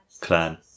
Clan